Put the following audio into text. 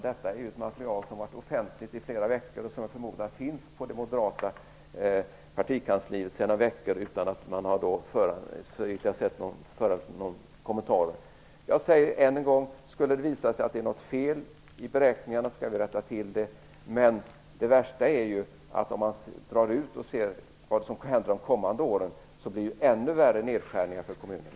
Detta är ett material som har varit offentligt i flera veckor, och jag förmodar att det finns på det moderata partikansliet sedan några veckor utan att det har föranlett någon kommentar. Jag säger än en gång: Skulle det visa sig att det är något fel i beräkningarna skall vi rätta till det. Men det värsta är att om man drar ut det och ser vad som händer de kommande åren, så blir det ännu värre nedskärningar för kommunerna.